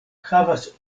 havas